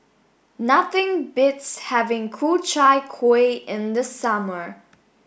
nothing beats having Ku Chai Kuih in the summer